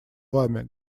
вами